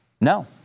No